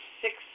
six